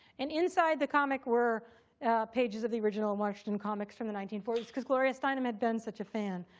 and inside the comic were pages of the original marston comics from the nineteen forty s because gloria steinem had been such a fan.